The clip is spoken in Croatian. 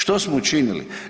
Što smo učinili?